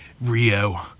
Rio